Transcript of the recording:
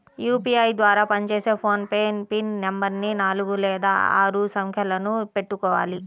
UPI ద్వారా పనిచేసే PhonePe pin నెంబరుని నాలుగు లేదా ఆరు సంఖ్యలను పెట్టుకోవాలి